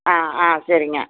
ஆ ஆ சரிங்க